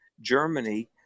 Germany